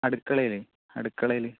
അടുക്കളയില് അടുക്കളയില്